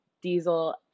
Diesel